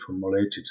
formulated